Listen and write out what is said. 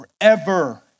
forever